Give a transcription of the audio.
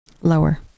lower